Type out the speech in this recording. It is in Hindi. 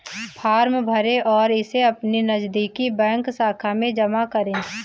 फॉर्म भरें और इसे अपनी नजदीकी बैंक शाखा में जमा करें